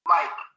Mike